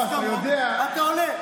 אתה עולה,